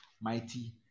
mighty